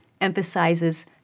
emphasizes